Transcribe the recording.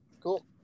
cool